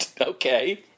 okay